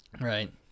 Right